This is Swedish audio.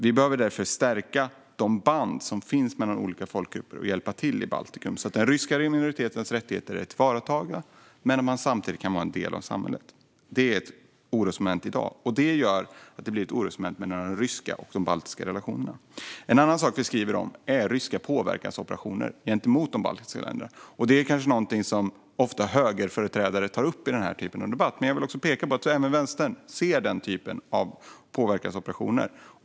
Vi behöver därför stärka de band som finns mellan olika folkgrupper och hjälpa till i Baltikum så att den ryska minoritetens rättigheter är tillvaratagna men att de samtidigt kan vara en del av samhället. Detta är ett orosmoment i dag, och det gör att det blir ett orosmoment i de ryska och baltiska relationerna. En annan sak vi skriver om är ryska påverkansoperationer gentemot de baltiska länderna. Det är kanske någonting som högerföreträdare ofta tar upp i den här typen av debatt, men jag vill peka på att även Vänstern ser den typen av påverkansoperationer.